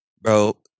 Bro